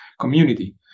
community